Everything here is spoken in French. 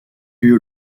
lieu